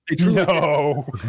No